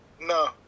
No